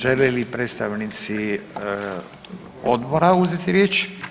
Žele li predstavnici odbora uzeti riječ?